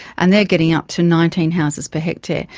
and they are getting up to nineteen houses per hectare.